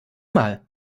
mal